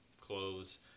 clothes